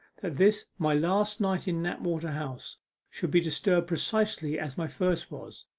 that this my last night in knapwater house should be disturbed precisely as my first was,